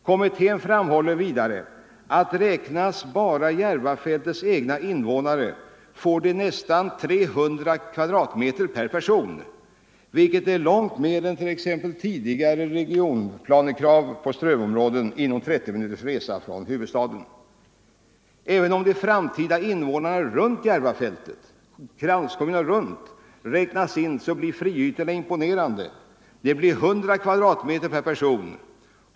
Kommittén framhåller vidare, att ”räknas bara Järvafältets egna innevånare får de nästan-300 m” per person, vilket är långt mer än t.ex. tidigare regionplanekrav på strövområde inom 30 minuters resa från huvudstaden”. Även om de framtida invånarna i kranskommunerna runt Järvafältet inräknas, blir friytorna imponerande — 100 m? per person.